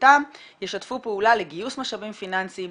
לרשותם ישתפו פעולה לגיוס משאבים פיננסיים,